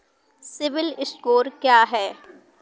CIBIL score क्या है?